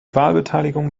wahlbeteiligung